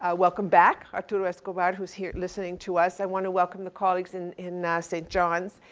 ah welcome back arturo escobar who's here listening to us. i want to welcome the colleagues in, in ah st. john's.